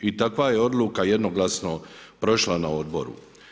I takva je odluka jednoglasno prošla na odboru.